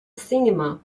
cinema